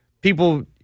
people